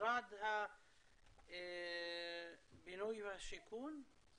משרד הבינוי והשיכון.